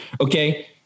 okay